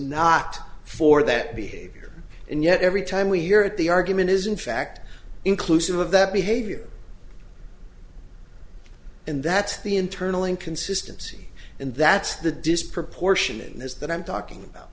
not for that behavior and yet every time we hear it the argument is in fact inclusive of that behavior and that's the internal inconsistency and that's the disproportion in this that i'm talking about